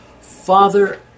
Father